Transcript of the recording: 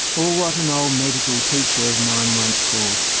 or what an old medical teacher of mine once called,